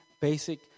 basic